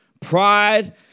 pride